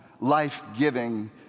life-giving